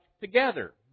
together